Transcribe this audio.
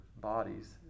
bodies